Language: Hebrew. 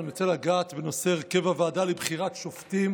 אני רוצה לגעת בנושא הרכב הוועדה לבחירת שופטים